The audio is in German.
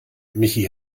michi